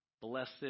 blessed